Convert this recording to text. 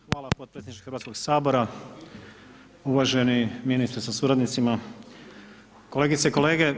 Hvala potpredsjedniče Hrvatskoga sabora, uvaženi ministre sa suradnicima, kolegice i kolege.